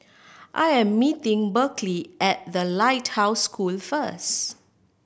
I am meeting Berkley at The Lighthouse School first